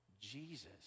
jesus